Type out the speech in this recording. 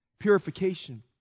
Purification